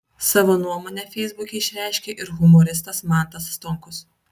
savo nuomonę feisbuke išreiškė ir humoristas mantas stonkus